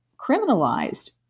criminalized